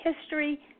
history